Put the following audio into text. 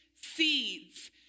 seeds